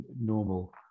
normal